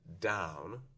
down